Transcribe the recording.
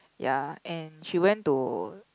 ya and she went to